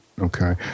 okay